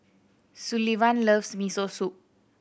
Sullivan loves Miso Soup